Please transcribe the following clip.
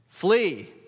Flee